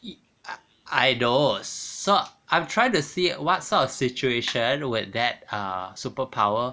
I I knows so I'm trying to see what sort of situation where that err superpower